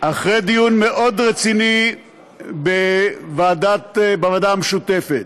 אחרי דיון מאוד רציני בוועדה המשותפת,